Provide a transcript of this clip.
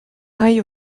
raio